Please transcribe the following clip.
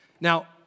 Now